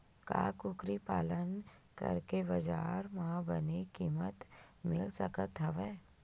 का कुकरी पालन करके बजार म बने किमत मिल सकत हवय?